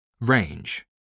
Range